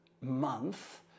month